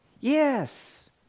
Yes